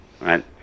right